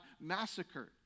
massacred